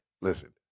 Listen